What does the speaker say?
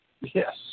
Yes